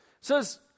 says